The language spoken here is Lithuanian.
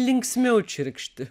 linksmiau čirkšti